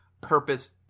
purpose